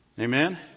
amen